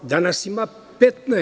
Danas ima 15.